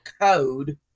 code